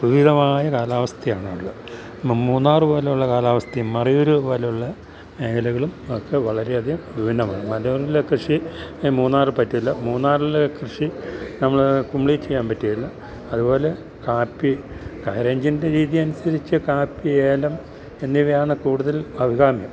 മായ കാലാവസ്ഥയാണ് ഉള്ളത് മൂന്നാറു പോലുള്ള കാലാവസ്ഥയും മറയൂരു പോലുള്ള ഇലകളും ഒക്കെ വളരെയധികം വിഭിന്നമാണ് മറയൂരിലെ കൃഷി മൂന്നാറില് പറ്റില്ല മൂന്നാറിലെ കൃഷി നമ്മള് കുമളിയില് ചെയ്യാൻ പറ്റില്ല അതുപോലെ കാപ്പി ഹൈ റേഞ്ചിൻ്റെ രീതിയനുസരിച്ച് കാപ്പി ഏലം എന്നിവയാണ് കൂടുതൽ അഭികാമ്യം